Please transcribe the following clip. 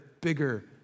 bigger